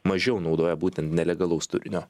mažiau naudoja būtent nelegalaus turinio